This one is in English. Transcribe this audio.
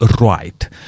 right